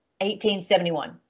1871